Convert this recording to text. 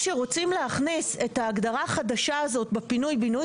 כשרוצים להכניס את ההגדרה החדשה הזאת בפינוי-בינוי,